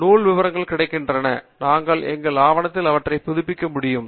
நூல் விவரங்கள் கிடைக்கின்றன நாங்கள் எங்கள் ஆவணத்தில் அவற்றை புதுப்பிக்க முடியும்